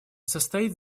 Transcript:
состоит